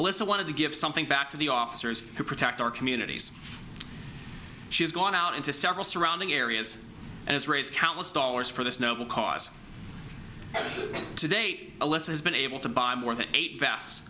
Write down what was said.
alyssa wanted to give something back to the officers to protect our communities she's going out into several surrounding areas and it's raised countless dollars for this noble cause to date a less has been able to buy more than eight vest